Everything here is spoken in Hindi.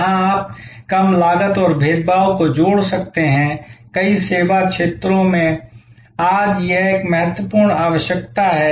जहां आप कम लागत और भेदभाव को जोड़ सकते हैं कई सेवा क्षेत्रों में आज यह एक महत्वपूर्ण आवश्यकता है